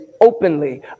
openly